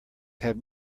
have